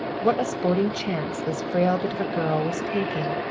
what a sporting chance this frail bit of a girl was taking!